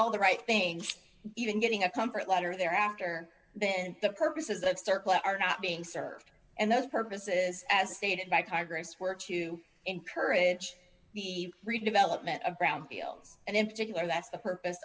all the right thing even getting a comfort letter there after then the purposes of circle are not being served and those purposes as stated by congress were to encourage the redevelopment of brown fields and in particular that's the purpose